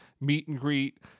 meet-and-greet